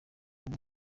uwo